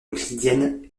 euclidienne